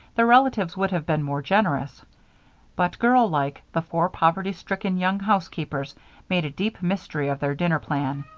their relatives would have been more generous but girllike, the four poverty-stricken young housekeepers made a deep mystery of their dinner plan.